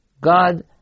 God